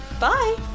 bye